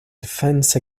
defense